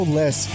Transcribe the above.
less